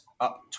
up